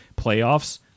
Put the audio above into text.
Playoffs